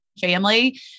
family